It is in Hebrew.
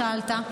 שאלת,